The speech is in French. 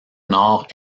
nord